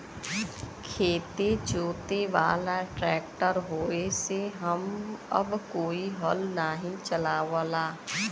खेत जोते वाला ट्रैक्टर होये से अब कोई हल नाही चलावला